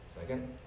Second